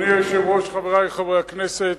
אדוני היושב-ראש, חברי חברי הכנסת,